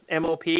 MOP